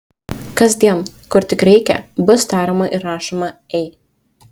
kasdien kur tik reikia bus tariama ir rašoma ei